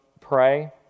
pray